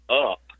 up